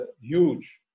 huge